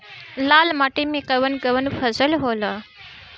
लाल माटी मे कवन कवन फसल होला?